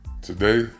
Today